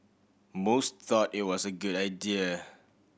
most thought it was a good idea